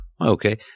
Okay